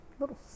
little